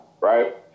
right